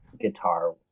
guitar